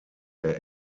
der